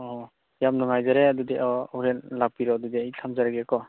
ꯑꯣ ꯌꯥꯝ ꯅꯨꯡꯉꯥꯏꯖꯔꯦ ꯑꯗꯨꯗꯤ ꯑꯣ ꯍꯣꯔꯦꯟ ꯂꯥꯛꯄꯤꯔꯣ ꯑꯗꯨꯗꯤ ꯑꯩ ꯊꯝꯖꯔꯒꯦꯀꯣ